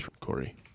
Corey